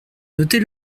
notez